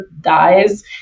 dies